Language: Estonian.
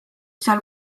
seal